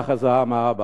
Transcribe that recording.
ככה זעם האבא.